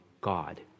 God